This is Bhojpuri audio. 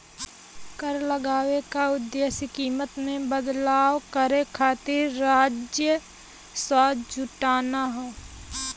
कर लगाये क उद्देश्य कीमत में बदलाव करे खातिर राजस्व जुटाना हौ